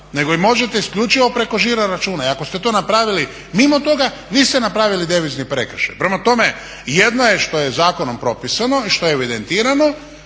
nego ih možete isključivo preko žiro-računa i ako ste to napravili mimo toga vi ste napravili devizni prekršaj. Prema tome, jedno je što je zakonom propisano i što je evidentirano,